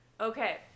Okay